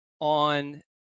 on